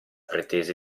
pretese